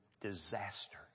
disaster